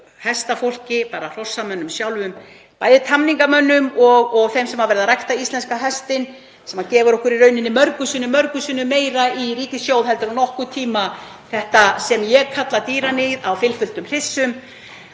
hestafólki, bara hrossamönnum sjálfum, bæði tamningamönnum og þeim sem eru að rækta íslenska hestinn sem gefur okkur í rauninni mörgum sinnum meira í ríkissjóð en nokkurn tíma þetta sem ég kalla dýraníð á fylfullum hryssum.